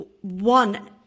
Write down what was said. one